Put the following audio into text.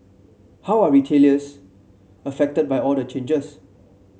how are retailers affected by all the changes